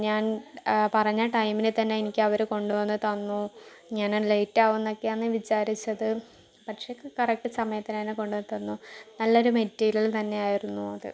ഞാൻ പറഞ്ഞ ടൈമിന് തന്നെ എനിക്ക് അവർ കൊണ്ട് വന്നു തന്നു ഞാൻ ലേറ്റ് ആവും എന്നൊക്കെയാണ് വിചാരിച്ചത് പക്ഷേ കറക്റ്റ് സമയത്തിനുതന്നെ കൊണ്ടുതന്നു നല്ലൊരു മെറ്റീരിയൽ തന്നെ ആയിരുന്നു അത്